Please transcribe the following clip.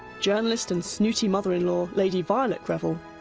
journalist and snooty mother-in-law, lady violet greville,